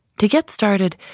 to get started,